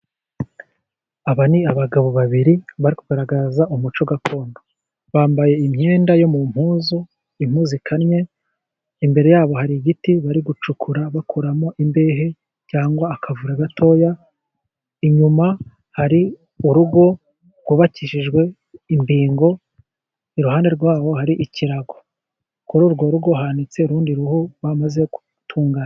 Aba ni abagabo babiri bari kugaragaza umuco gakondo. Bambaye imyenda yo mu mpuzu, impu zikannye. Imbere yabo hari igiti bari gucukura bakuramo imbehe cyangwa akavure gatoya. Inyuma hari urugo rwubakishijwe imbingo. Iruhande rwabo hari ikirago. Kuri urwo rugo hanitse urundi ruhu bamaze gutunganya.